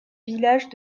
villages